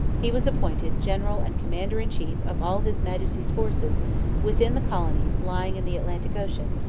he was appointed general and commander-in-chief of all his majesty's forces within the colonies lying in the atlantic ocean,